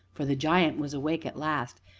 for the giant was awake at last,